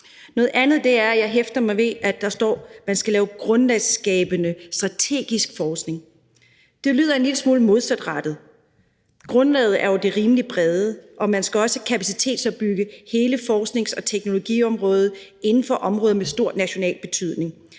Noget andet, jeg hæfter mig ved, er, at der står, at man skal lave grundlagsskabende strategisk forskning. Det lyder en lille smule modsatrettet. Grundlaget er jo det rimelig brede, og man skal også kapacitetsopbygge hele forsknings- og teknologiområdet inden for områder med stor national betydning.